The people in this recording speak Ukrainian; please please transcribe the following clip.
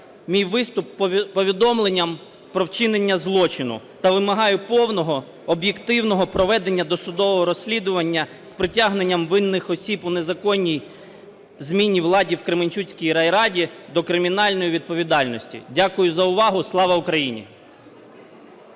мій виступ повідомленням про вчинення злочину та вимагаю повного об'єктивного проведення досудового розслідування з притягненням винних осіб у незаконній зміні влади в Кременчуцькій райраді до кримінальної відповідальності. Дякую за увагу. Слава Україні!